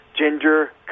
ginger